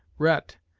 rhett,